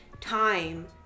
time